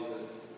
Jesus